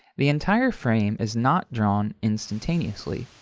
the entire frame is not drawn instantaneously.